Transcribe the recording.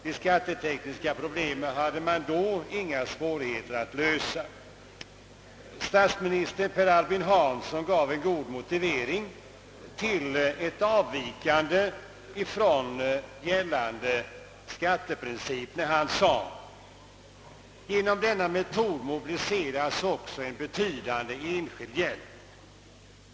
Det skattetekniska problemet hade man då inga svårigheter att lösa. Statsminister Per Albin Hansson gav en god motivering till ett frångående av gällande skatteprincip när han sade: »Genom denna metod mobiliseras också en betydande enskild hjälp.